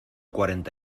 cuarenta